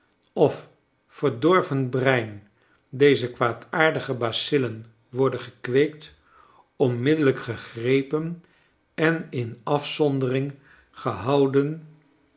of verdorven brein deze kwaadaardige baccillen worden gekweekt enmiddellijk gegrepen en in afzondering gehouden